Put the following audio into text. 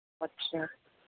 अछा